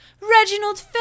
Reginald